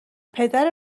پدر